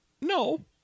No